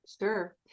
Sure